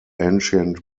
ancient